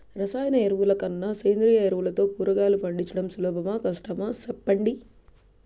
రసాయన ఎరువుల కన్నా సేంద్రియ ఎరువులతో కూరగాయలు పండించడం సులభమా కష్టమా సెప్పండి